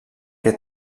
que